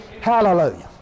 Hallelujah